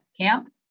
camp